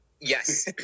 Yes